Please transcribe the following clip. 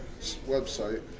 website